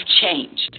changed